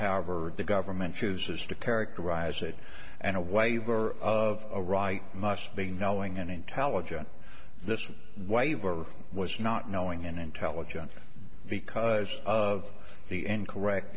however the government chooses to characterize it and a waiver of a right must be knowing an intelligent this was why he was not knowing and intelligent because of the incorrect